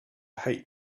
hate